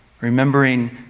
remembering